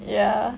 ya